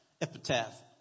epitaph